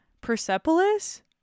Persepolis